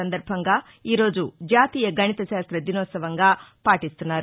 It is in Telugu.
సందర్బంగా ఈ రోజు జాతీయ గణిత శాస్త్ర దినోత్సవంగా పాటిస్తున్నారు